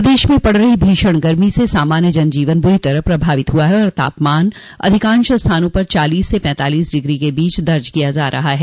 प्रदेश में पड़ रही भीषण गर्मी से सामान्य जन जीवन बुरी तरह प्रभावित हुआ है और तापमान अधिकांश स्थानों पर चालीस से पैंतालीस डिग्री के बीच दर्ज किया जा रहा है